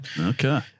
Okay